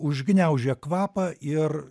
užgniaužia kvapą ir